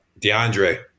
DeAndre